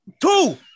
Two